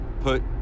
put